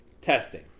testing